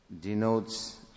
denotes